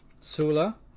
Sula